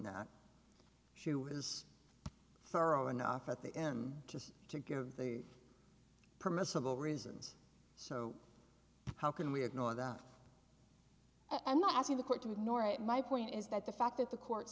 the issue is furrow enough at the end just to give the permissible reasons so how can we ignore that i'm not asking the court to ignore it my point is that the fact that the court